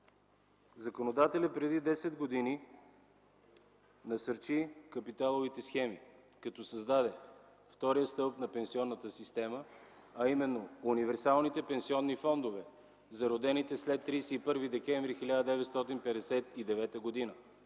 законодателят насърчи капиталовите схеми, като създаде втори стълб на пенсионната система, а именно универсалните пенсионни фондове за родените след 31 декември 1959 г.